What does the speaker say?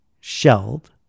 shelled